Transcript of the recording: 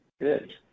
Good